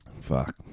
Fuck